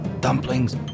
Dumplings